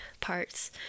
parts